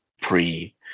pre